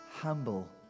humble